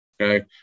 Okay